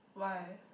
why